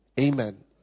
amen